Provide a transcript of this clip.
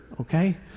okay